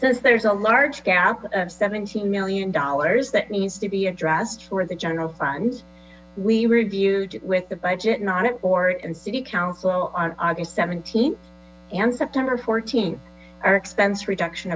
since there is a large gap of seventeen million dollars that needs to be addressed for the general fund we reviewed with the budget on board and city council on august seventeen and september fourteen our expense reduction